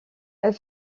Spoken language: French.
elle